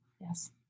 Yes